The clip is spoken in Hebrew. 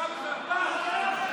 בושה וחרפה.